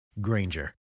Granger